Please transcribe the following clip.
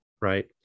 right